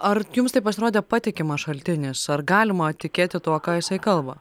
ar jums tai pasirodė patikimas šaltinis ar galima tikėti tuo ką jisai kalba